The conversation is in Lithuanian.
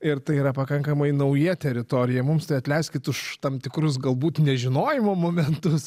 ir tai yra pakankamai nauja teritorija mums tai atleiskit už tam tikrus galbūt nežinojimo momentus